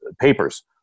papers